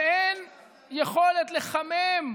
ואין יכולת, אין זכויות, לחמם,